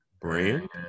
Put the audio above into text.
Brand